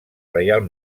reial